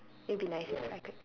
it'd be nice if I could